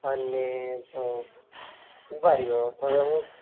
અને ઉભા રહ્યો હવે હું